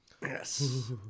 Yes